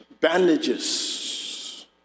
bandages